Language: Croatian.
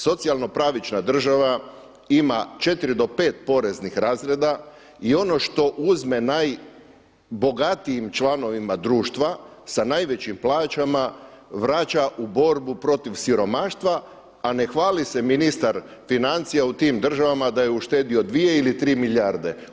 Socijalno pravična država ima 4 do 5 poreznih razreda i ono što uzme najbogatijim članovima društva sa najvećim plaćama vraća u borbu protiv siromaštva, a ne hvali se ministar financija u tim državama da je uštedio dvije ili tri milijarde.